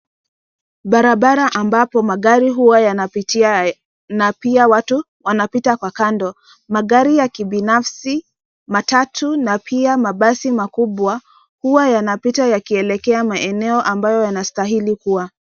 Barabara ambapo magari huya yana pitia na pia watu wanapita kwa kando, magari ya kibinafsi, matatu na pia badi makubwa huwa yanapita yaki elekea maeneo yana stahili kuwa.